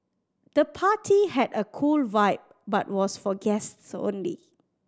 the party had a cool vibe but was for guests only